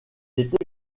est